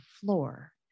floor